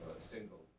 single